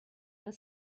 that